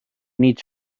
need